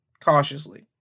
cautiously